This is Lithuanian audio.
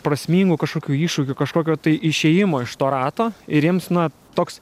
prasmingo kažkokių iššūkių kažkokio tai išėjimo iš to rato ir jiems na toks